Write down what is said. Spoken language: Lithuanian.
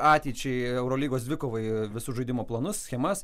ateičiai eurolygos dvikovai visus žaidimo planus schemas